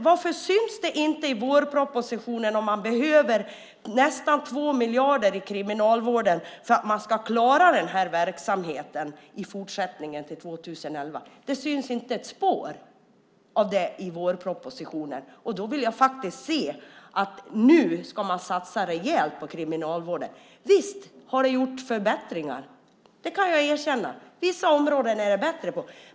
Varför syns det inte i vårpropositionen om Kriminalvården behöver nästan 2 miljarder för att klara den här verksamheten till 2011? Det syns inte ett spår av det i vårpropositionen. Då vill jag faktiskt se att man nu ska satsa rejält på kriminalvården. Visst har det gjorts förbättringar. Det kan jag erkänna. På vissa områden har det blivit bättre.